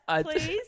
please